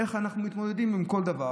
איך אנחנו מתמודדים עם כל דבר,